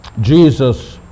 Jesus